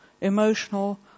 emotional